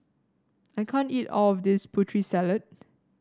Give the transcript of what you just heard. I can't eat all of this Putri Salad